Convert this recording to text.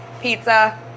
pizza